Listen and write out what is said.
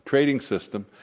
trading system,